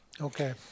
Okay